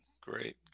Great